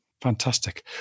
Fantastic